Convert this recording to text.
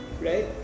right